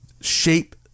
shape